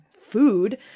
food